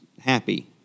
happy